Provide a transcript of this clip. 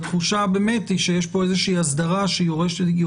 אני אתייחס לכל מיני נושאים שעלו פה בדיון וגם לנושאים שחשוב